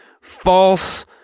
false